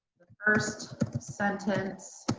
first sentence